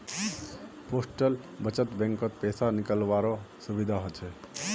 postal बचत बैंकत पैसा निकालावारो सुविधा हछ